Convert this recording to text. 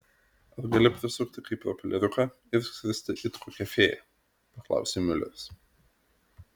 ar gali prisukti kaip propeleriuką ir skristi it kokia fėja paklausė miuleris